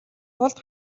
тулд